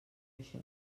això